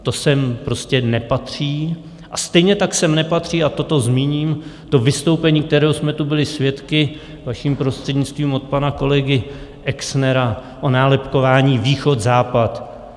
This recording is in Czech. To sem prostě nepatří a stejně tak sem nepatří a toto zmíním vystoupení, kterého jsme tu byli svědky, vaším prostřednictvím, od pana kolegy Exnera o nálepkování východzápad.